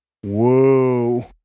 whoa